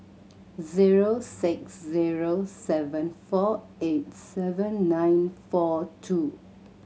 zero six zero seven four eight seven nine four two